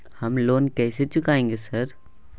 हम लोन कैसे चुकाएंगे सर?